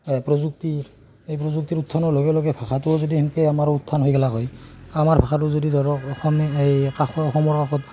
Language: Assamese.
প্ৰযুক্তি এই প্ৰযুক্তিৰ উত্থানৰ লগে লগে ভাষাটোও যদি এনেকৈ আমাৰ উত্থান হৈ গেলাক হয় আমাৰ ভাষাটো যদি ধৰক অসমে এই কাষৰ অসমৰ কাষত